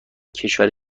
کشور